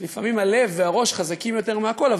אז לפעמים הלב והראש חזקים יותר מהכול,